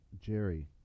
Jerry